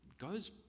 goes